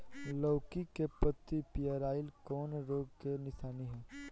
लौकी के पत्ति पियराईल कौन रोग के निशानि ह?